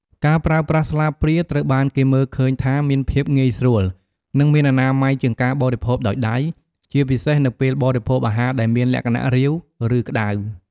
ការប្រើប្រាស់ស្លាបព្រាត្រូវបានគេមើលឃើញថាមានភាពងាយស្រួល និងមានអនាម័យជាងការបរិភោគដោយដៃ ជាពិសេសនៅពេលបរិភោគអាហារដែលមានលក្ខណៈរាវ ឬក្តៅ។